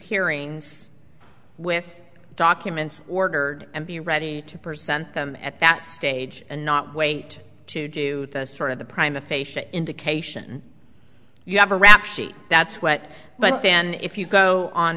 hearings with documents ordered and be ready to present them at that stage and not wait to do sort of the prime the facia indication you have a rap sheet that's what but then if you go on